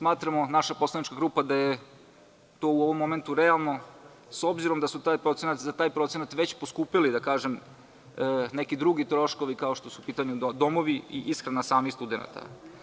Naša poslanička grupa smatra da je to u ovom momentu realno, s obzirom da su za taj procenat već poskupeli neki drugi troškovi kao što su domovi i ishrana samih studenata.